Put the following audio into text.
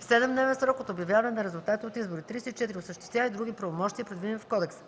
в 7-дневен срок от обявяване на резултатите от изборите; 34. осъществява и други правомощия, предвидени в кодекса.